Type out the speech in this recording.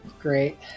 Great